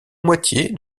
moitié